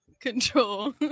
Control